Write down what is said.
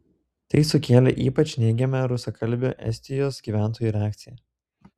tai sukėlė ypač neigiamą rusakalbių estijos gyventojų reakciją